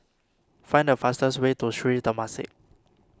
find the fastest way to Sri Temasek